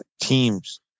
teams